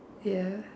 ya